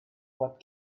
what